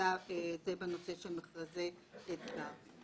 זה בנושא של מכרזי אתגר.